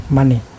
money